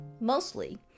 Mostly